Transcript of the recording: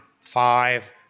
five